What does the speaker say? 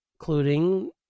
Including